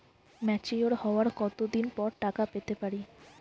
Mature হওয়ার কত দিন পর টাকা পেতে পারি?